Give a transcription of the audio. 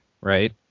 right